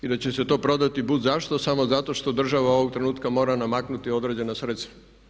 I da će se to prodati but zašto, samo zato što država ovog trenutka mora namaknuti određena sredstva.